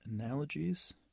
analogies